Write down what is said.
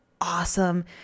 awesome